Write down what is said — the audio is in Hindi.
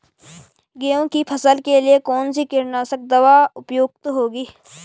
गेहूँ की फसल के लिए कौन सी कीटनाशक दवा उपयुक्त होगी?